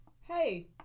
hey